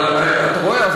אתה רואה?